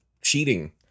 cheating